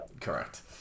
Correct